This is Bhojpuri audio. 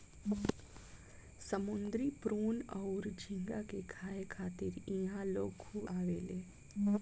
समुंद्री प्रोन अउर झींगा के खाए खातिर इहा लोग खूब आवेले